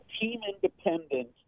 team-independent